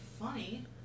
funny